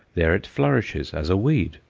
there it flourishes as a weed,